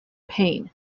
pain